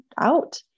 out